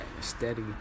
steady